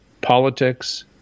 politics